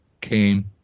came